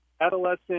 adolescent